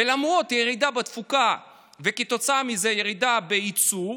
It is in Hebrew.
ולמרות הירידה בתפוקה וכתוצאה מזה הירידה בייצוא,